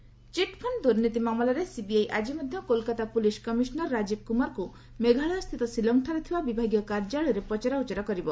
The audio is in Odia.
ସିବିଆଇ କୁମାର ଚିଟ୍ଫଣ୍ଡ ଦୁର୍ନୀତି ମାମଲାରେ ସିବିଆଇ ଆଜି ମଧ୍ୟ କୋଲକାତା ପୁଲିସ କମିଶନର ରାଜୀବ କୁମାରଙ୍କୁ ମେଘାଲୟସ୍ଥିତ ସିଲଂଠାରେ ଥିବା ବିଭାଗୀୟ କାର୍ଯ୍ୟାଳୟରେ ପଚରାଉଚରା କରିବ